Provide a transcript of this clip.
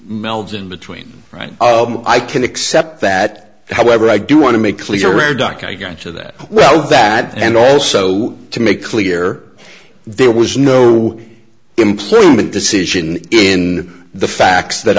melds in between right i can accept that however i do want to make clear where doc i got into that well that and also to make clear there was no employment decision in the facts that